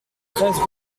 treize